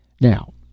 Now